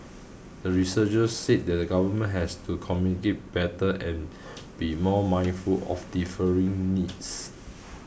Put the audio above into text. the researchers said that the government has to communicate better and be more mindful of differing needs